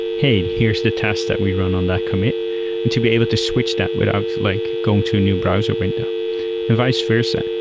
hey, here's the test that we run on that commit, and to be able to switch that without like going to a new browser window and vice versa.